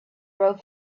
rode